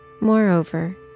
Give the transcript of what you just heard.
Moreover